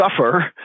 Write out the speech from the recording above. suffer